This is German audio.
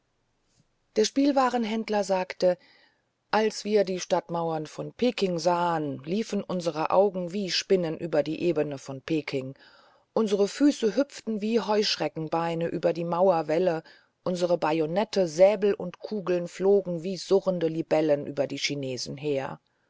der spielwarenhändler sagte als wir die stadtmauern von peking sahen liefen unsere augen wie spinnen über die ebene von peking unsere füße hüpften wie heuschreckenbeine über die mauerwälle unsere bajonette säbel und kugeln flogen wie surrende libellen über die chinesen her